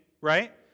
right